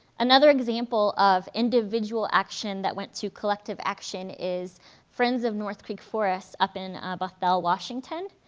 another example of individual action that went to collective action is friends of north creek forest up in bothell, washington.